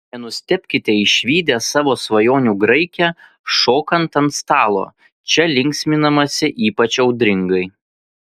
nenustebkite išvydę savo svajonių graikę šokant ant stalo čia linksminamasi ypač audringai